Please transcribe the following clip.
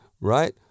right